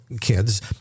kids